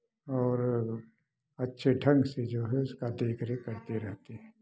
और अच्छे ढंग से जो है उसका देख रेख करते रहते हैं